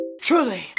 Truly